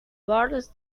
borders